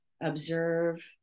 observe